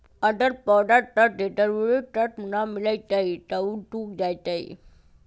अगर पौधा स के जरूरी तत्व न मिलई छई त उ सूख जाई छई